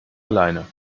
alleine